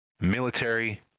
Military